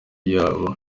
yaba